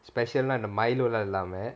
special அந்த:antha the milo இல்லாம:illama